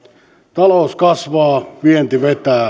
talous kasvaa vienti vetää